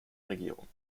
regierung